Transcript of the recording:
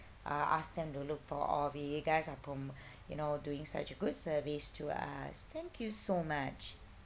I'll ask them to look for all of you guys are promo~ you know doing such a good service to us thank you so much